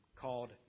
called